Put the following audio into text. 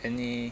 any